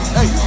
Hey